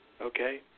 Okay